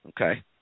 Okay